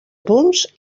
punts